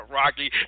rocky